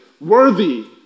worthy